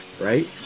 right